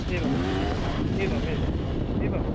एवम् एवमेव एवं